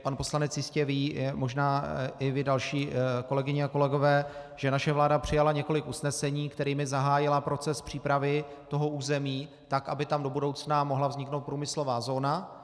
Pan poslanec tedy jistě ví, možná i vy další, kolegyně a kolegové, že naše vláda přijala několik usnesení, kterými zahájila proces přípravy toho území tak, aby tam do budoucna mohla vzniknout průmyslová zóna.